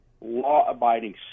law-abiding